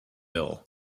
bill